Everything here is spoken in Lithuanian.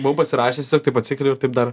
buvau pasirašęs tiesiog taip atsikeliu ir taip dar